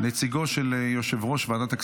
נעבור לנושא הבא על